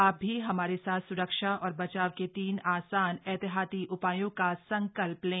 आ भी हमारे साथ सुरक्षा और बचाव के तीन आसान एहतियाती उधायों का संकल्ध लें